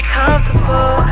comfortable